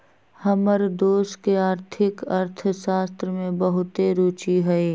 हमर दोस के आर्थिक अर्थशास्त्र में बहुते रूचि हइ